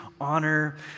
honor